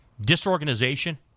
disorganization